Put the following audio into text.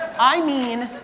i mean